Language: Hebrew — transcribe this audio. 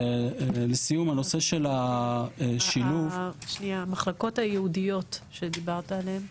ולסיום הנושא של השילוב --- המחלקות הייעודיות שדיברת עליהן,